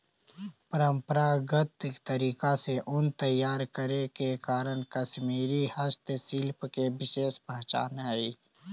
परम्परागत तरीका से ऊन तैयार करे के कारण कश्मीरी हस्तशिल्प के विशेष पहचान हइ